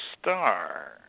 star